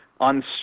on